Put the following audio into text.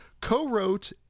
co-wrote